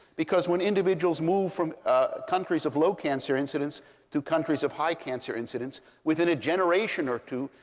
because when individuals move from ah countries of low cancer incidence to countries of high cancer incidence, within a generation or two,